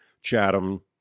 Chatham